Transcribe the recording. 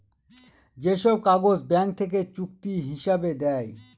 যে সব কাগজ ব্যাঙ্ক থেকে চুক্তি হিসাবে দেয়